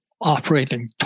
operating